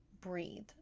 breathe